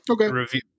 Okay